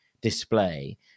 display